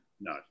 No